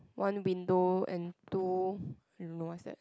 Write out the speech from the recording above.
one window and two I don't know what's that